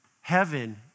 Heaven